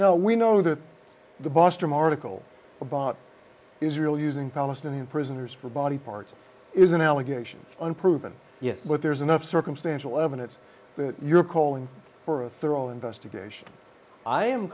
now we know that the bostrom article about israel using palestinian prisoners for body parts is an allegation unproven yet but there's enough circumstantial evidence you're calling for a thorough investigation i am